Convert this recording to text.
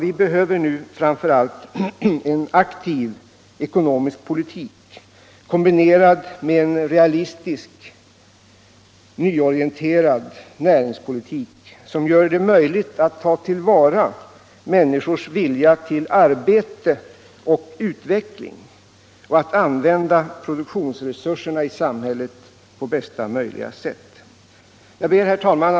Vi behöver nu framför allt en aktiv ekonomisk politik kombinerad med en realistisk nyorienterad näringspolitik, som gör det möjligt att ta till vara människors vilja till arbete och utveckling och att använda produktionsresurserna i samhället på bästa möjliga sätt. Herr talman!